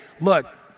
look